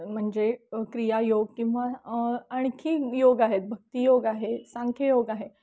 म्हणजे क्रियायोग किंवा आणखी योग आहेत भक्तियोग आहे सांख्ययोग आहे